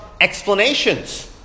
explanations